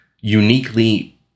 uniquely